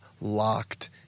locked